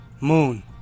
Moon